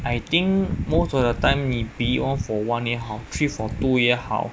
I think most of the time be it one for one 也好 three for two 也好